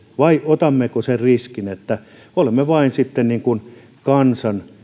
vai otammeko sen riskin että olemme vain sitten kansan